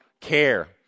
care